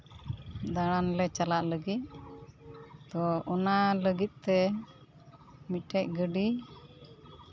ᱫᱟᱬᱟᱱ ᱞᱮ ᱪᱟᱞᱟᱜ ᱞᱟᱹᱜᱤᱫ ᱛᱳ ᱚᱱᱟ ᱞᱟᱹᱜᱤᱫ ᱛᱮ ᱢᱤᱫᱴᱮᱱ ᱜᱟᱹᱰᱤ